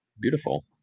Beautiful